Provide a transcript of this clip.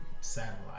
satellite